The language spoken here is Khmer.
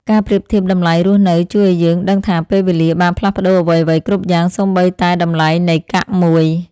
ការប្រៀបធៀបតម្លៃរស់នៅជួយឱ្យយើងដឹងថាពេលវេលាបានផ្លាស់ប្ដូរអ្វីៗគ្រប់យ៉ាងសូម្បីតែតម្លៃនៃកាក់មួយ។